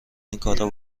اینکارا